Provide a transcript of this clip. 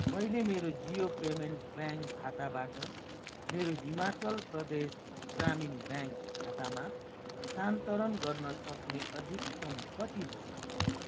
मैले मेरो Jio payments bank खाताबाट मेरो हिमाचल प्रदेश ग्रामीण ब्याङ्क खातामा स्थानान्तरण गर्न सक्ने अधिकतम कति हो